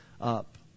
up